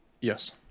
Yes